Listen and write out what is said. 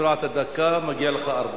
הפרעת דקה, מגיעות לך ארבע.